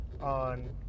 on